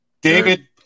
David